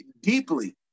deeply